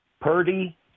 Purdy